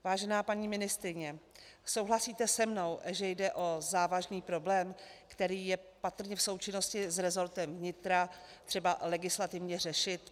Vážená paní ministryně, souhlasíte se mnou, že jde o závažný problém, který je patrně v součinnosti s resortem vnitra třeba legislativně řešit?